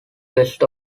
west